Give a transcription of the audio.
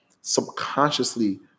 subconsciously